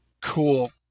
Cool